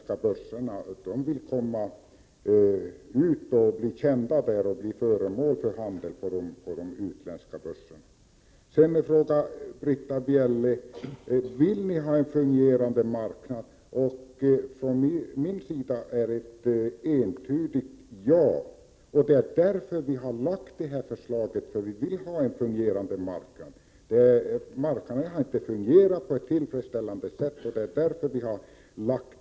Svenska företag vill komma in på utlandsmarknaden för att bli kända där. Dessutom vill man att svenska aktier skall bli föremål för handel på börsen i andra länder. Britta Bjelle frågade: Vill ni ha en fungerande marknad? Mitt svar är ett entydigt ja. Det är ju därför som vi har lagt fram det aktuella förslaget. Vi vill alltså ha en fungerande marknad. Vi menar att marknaden inte har fungerat på ett tillfredsställande sätt.